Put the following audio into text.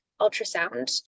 ultrasound